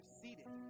seated